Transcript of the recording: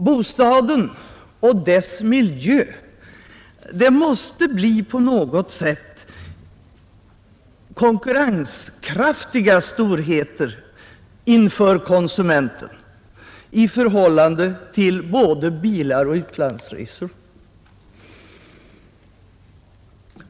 Bostaden och dess miljö måste på något sätt bli konkurrenskraftiga storheter inför konsumenten i förhållande till både bilar och utlandsresor.